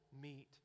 meet